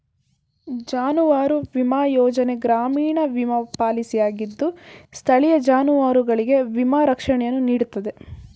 ಜಾನುವಾರು ವಿಮಾ ಯೋಜನೆ ಗ್ರಾಮೀಣ ವಿಮಾ ಪಾಲಿಸಿಯಾಗಿದ್ದು ಸ್ಥಳೀಯ ಜಾನುವಾರುಗಳಿಗೆ ವಿಮಾ ರಕ್ಷಣೆಯನ್ನು ನೀಡ್ತದೆ